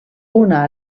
una